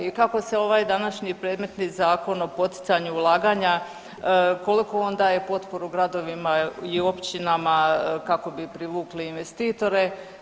I kako se ovaj današnji predmetni Zakon o poticanju ulaganja koliko on daje potporu gradovima i općinama kako bi privukli investitore?